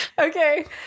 Okay